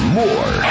more